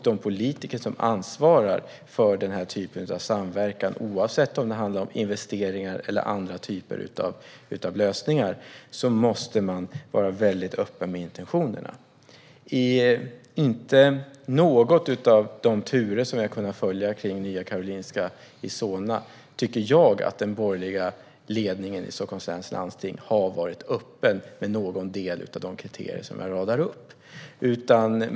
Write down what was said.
De politiker som ansvarar för den typen av samverkan måste, oavsett om det handlar om investeringar eller andra typer av lösningar, vara väldigt öppna med intentionerna. Inte i någon av de turer som vi har kunnat följa kring Nya Karolinska Solna tycker jag att den borgerliga ledningen i Stockholms läns landsting har varit öppen med någon del av de kriterier som jag radar upp.